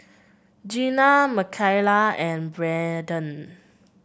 Gena Mikaela and Braeden